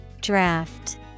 Draft